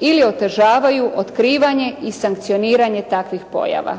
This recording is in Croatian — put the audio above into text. ili otežavaju otkrivanje i sankcioniranje takvih pojava.